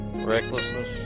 Recklessness